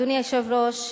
אדוני היושב-ראש,